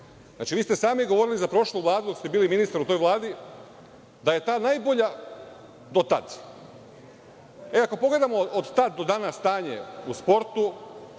veku. Vi ste sami govorili za prošlu Vladu, dok ste bili ministar u toj vladi, da je ta najbolja do tada. Ako pogledamo od tada do danas stanje u sportu,